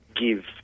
give